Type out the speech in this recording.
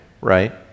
right